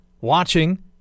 watching